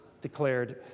declared